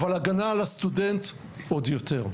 אבל הגנה על הסטודנט עוד יותר.